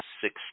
six